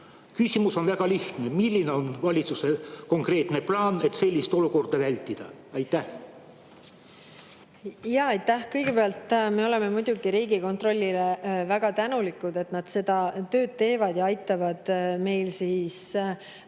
Küsimus on väga lihtne: milline on valitsuse konkreetne plaan, et sellist olukorda vältida? Aitäh! Kõigepealt, me oleme muidugi Riigikontrollile väga tänulikud, et nad seda tööd teevad ja aitavad meil nendele